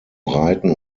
reiten